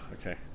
okay